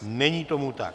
Není tomu tak.